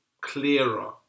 clearer